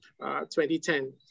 2010